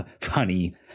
funny